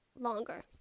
longer